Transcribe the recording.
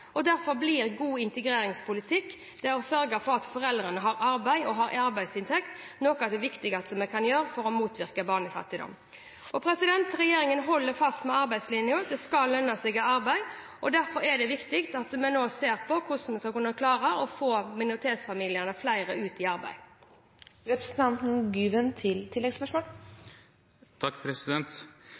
Derfor er det god integreringspolitikk å sørge for at foreldrene har arbeidsinntekt. Det er noe av det viktigste vi kan gjøre for å motvirke barnefattigdom. Regjeringen holder fast ved arbeidslinjen. Det skal lønne seg å arbeide. Derfor er det viktig at vi nå ser på hvordan vi skal klare å få flere minoritetsfamilier ut i